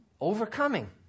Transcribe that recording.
overcoming